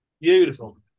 Beautiful